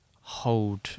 hold